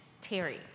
Terry